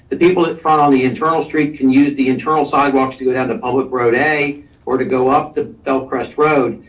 the people that front on the internal street can use the internal sidewalks to go down to public road a or to go up the bellcrest road.